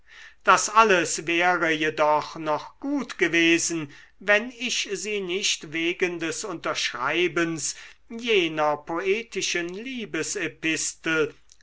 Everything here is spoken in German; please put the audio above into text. das alles wäre jedoch noch gut gewesen wenn ich sie nicht wegen des unterschreibens jener poetischen